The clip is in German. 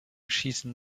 schießen